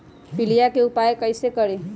पीलिया के उपाय कई से करी?